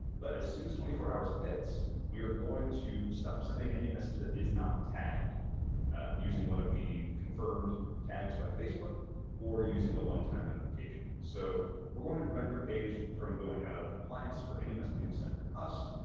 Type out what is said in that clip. but as soon as twenty four hours hit, we are going to stop sending any message that is not tagged using one of the confirmed tags by facebook or using the one-time notification. so we're going to prevent your page from going out of compliance for any messaging sent through us,